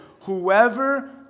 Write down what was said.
whoever